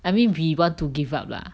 I mean we want to give up lah